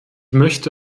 möchte